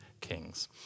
kings